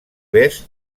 vez